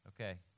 Okay